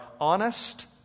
honest